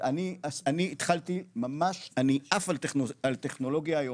אני התחלתי ממש, אני עף על טכנולוגיה היום,